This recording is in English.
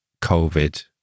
COVID